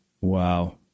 Wow